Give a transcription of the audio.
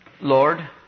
Lord